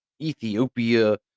Ethiopia